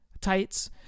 tights